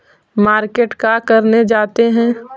Market का करने जाते हैं?